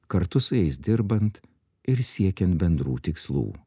kartu su jais dirbant ir siekiant bendrų tikslų